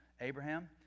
Abraham